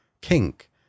kink